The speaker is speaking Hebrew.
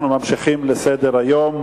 אנחנו ממשיכים בסדר-היום.